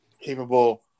capable